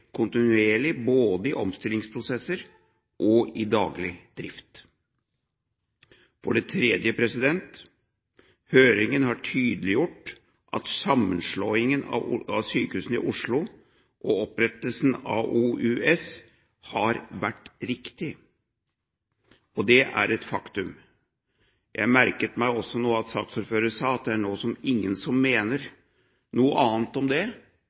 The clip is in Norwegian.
kontinuerlig, både i omstillingsprosesser og i daglig drift. For det tredje: Høringen har tydeliggjort at sammenslåingen av sykehusene i Oslo og opprettelsen av OUS har vært riktig. Det er et faktum. Jeg merket meg også nå at saksordføreren sa at det nå er ingen som mener noe annet om det.